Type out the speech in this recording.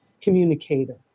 communicator